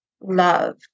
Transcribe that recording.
love